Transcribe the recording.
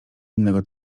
innego